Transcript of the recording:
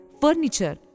furniture